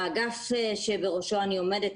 האגף שבראשו אני עומדת,